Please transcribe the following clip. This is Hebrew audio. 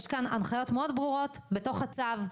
יש כאן הנחיות מאוד ברורות בתוך הצו,